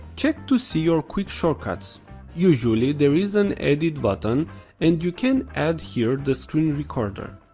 check to see your quick shortcuts usually there is an edit button and you can ad here the screen recorder.